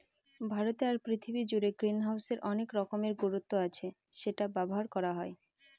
ভারতে আর পৃথিবী জুড়ে গ্রিনহাউসের অনেক রকমের গুরুত্ব আছে সেটা ব্যবহার করা হয়